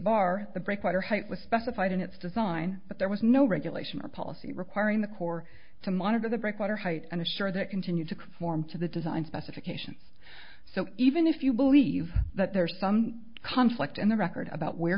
bar the breakwater height was specified in its design but there was no regulation or policy requiring the corps to monitor the breakwater height and ensure that continued to conform to the design specifications so even if you believe that there are some conflict in the record about where